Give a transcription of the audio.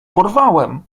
porwałem